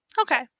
Okay